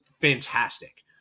fantastic